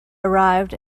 arrived